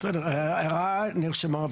בסדר, הערה נרשמה.